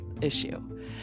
issue